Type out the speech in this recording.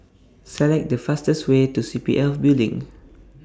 Select The fastest Way to SPF Building